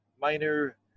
minor